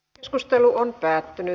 keskustelu päättyi